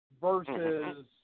versus